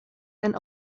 and